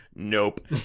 Nope